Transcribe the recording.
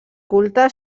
culte